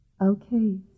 Okay